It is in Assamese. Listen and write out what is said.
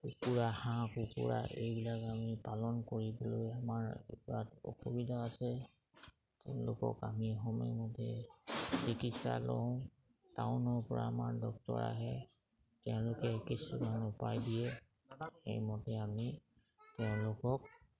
কুকুৰা হাঁহ কুকুৰা এইবিলাক আমি পালন কৰিবলৈ আমাৰ ইয়াত অসুবিধা আছে তেওঁলোকক আমি সময়মতে চিকিৎসা লওঁ টাউনৰপৰা আমাৰ ডক্তৰ আহে তেওঁলোকে কিছুমান উপায় দিয়ে সেইমতে আমি তেওঁলোকক